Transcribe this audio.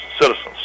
citizens